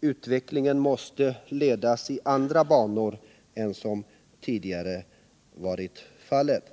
Utvecklingen måste ledas i andra banor än vad som tidigare varit fallet.